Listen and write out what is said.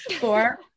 four